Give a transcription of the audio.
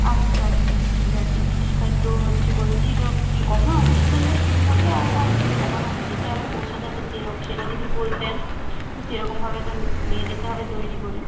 আচ্ছা আচ্ছা ঠিক আছে তো হচ্ছে বলছি তো কী কখন অনুষ্ঠানটা শুরু হবে আর বা কখন ওকে যেতে হবে পৌঁছতে হবে সেটা যদি বলতেন তো সেরকমভাবে তো নিয়ে যেতে হবে তৈরি করে